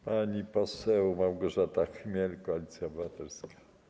Pani poseł Małgorzata Chmiel, Koalicja Obywatelska.